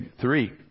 Three